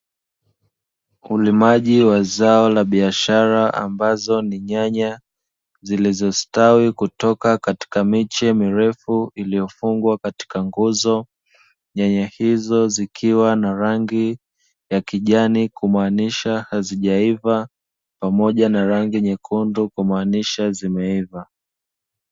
Ulimaji wa zao la biashara ambazo ni nyanya, zilizositawi kutoka katika miche mirefu iliyofungwa katika nguzo. Nyanya hizo zikiwa na rangi ya kijani kumaanisha hazijaiva, pamoja na rangi nyekundu kumaanisha zimeiva.